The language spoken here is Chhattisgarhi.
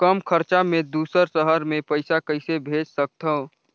कम खरचा मे दुसर शहर मे पईसा कइसे भेज सकथव?